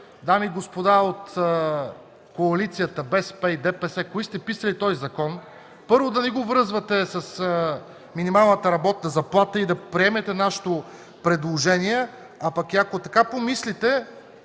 дами и господа от Коалицията БСП и ДПС, които сте писали този закон, първо да не го връзвате с минималната работна заплата и да приемете нашето предложение. Ако и така помислите,